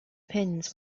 pins